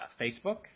Facebook